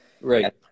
Right